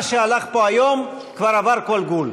מה שהלך פה היום כבר עבר כל גבול.